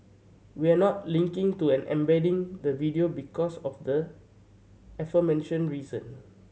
we're not linking to an embedding the video because of the aforementioned reason